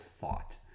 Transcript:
thought